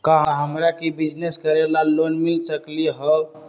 का हमरा के बिजनेस करेला लोन मिल सकलई ह?